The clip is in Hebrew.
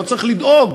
לא צריך לדאוג,